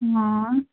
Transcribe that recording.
हाँ